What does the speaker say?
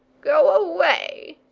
go away,